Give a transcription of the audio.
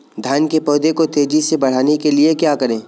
धान के पौधे को तेजी से बढ़ाने के लिए क्या करें?